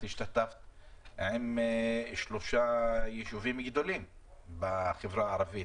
את השתתפת והיינו עם שלושה יישובים גדולים בחברה הערבית,